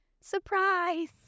surprise